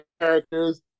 characters